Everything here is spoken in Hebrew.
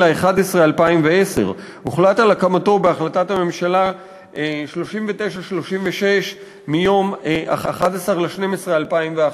בנובמבר 2010. הוחלט על הקמתו בהחלטת הממשלה 3936 מיום 11 בדצמבר 2011,